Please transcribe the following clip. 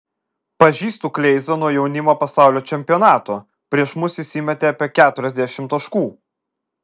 pažįstu kleizą nuo jaunimo pasaulio čempionato prieš mus jis įmetė apie keturiasdešimt taškų